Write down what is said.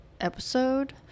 episode